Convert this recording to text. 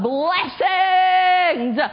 blessings